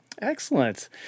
Excellent